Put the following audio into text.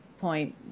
point